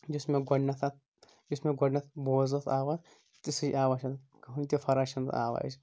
یِژھ مےٚ گۄڈٕنیتھ اَتھ یِژھ مےٚ گۄدٕنیتھ بوٗز اَتھ آواز تِژھے آواز چھِ اَتھ کٔہینۍ تہِ فراق چھنہٕ تَتھ آوازِ